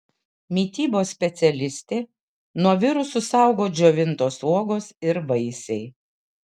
mitybos specialistė nuo virusų saugo džiovintos uogos ir vaisiai